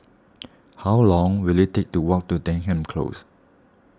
how long will it take to walk to Denham Close